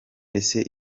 ese